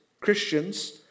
Christians